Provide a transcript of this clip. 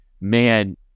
man